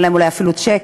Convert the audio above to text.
אין להם אולי אפילו צ'קים,